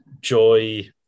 Joy